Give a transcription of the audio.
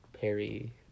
Perry